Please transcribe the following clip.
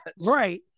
Right